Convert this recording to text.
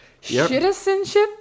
Citizenship